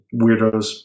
weirdos